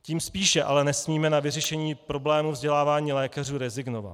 Tím spíše ale nesmíme na vyřešení problému vzdělávání lékařů rezignovat.